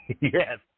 Yes